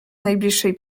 najbliższej